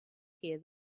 hear